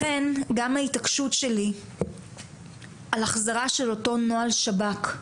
לכן גם ההתעקשות שלי על החזרה של אותו נוהל שב"כ.